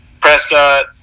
Prescott